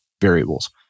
variables